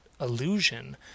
illusion